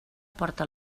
porta